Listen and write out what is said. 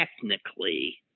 technically